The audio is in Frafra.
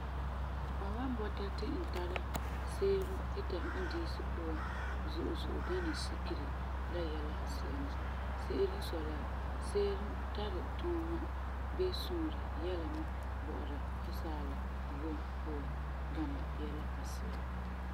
Mam wan bɔta ti n tara seerum ita n diisi puan zo'e zo'e gana sikeri la yɛla asi'a mɛ. Se'ere n sɔi la, seerum tari tuuma bii suŋerɛ yɛla mɛ bɔ'ɔra nɛresaala vom puan gana yɛla asi'a.